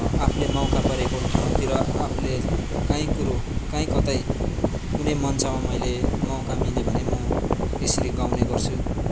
आफूले मौका परेको ठाउँतिर आफूले कहीँ कुरो कहीँ कतै कुनै मञ्चमा मैले मौका मिल्यो भने म यसरी गाउने गर्छु